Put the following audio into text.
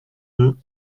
deux